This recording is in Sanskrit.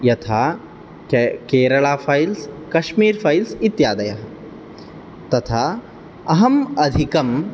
यथा केरला फाइल्स् काश्मीर् फाइल्स् इत्यादयः तथा अहम् अधिकम्